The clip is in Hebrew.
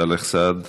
סאלח סעד.